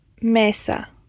Mesa